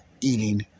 eating